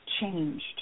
changed